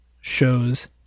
shows